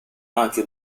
anche